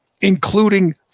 including